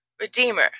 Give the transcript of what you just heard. redeemer